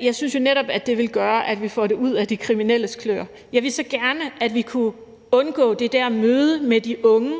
Jeg synes jo netop, at det ville gøre, at vi får det ud af de kriminelles kløer. Jeg ville så gerne, at vi kunne undgå det der møde med de unge,